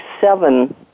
seven